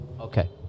Okay